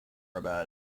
about